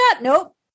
Nope